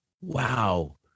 wow